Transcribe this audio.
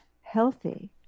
healthy